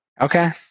Okay